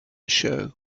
show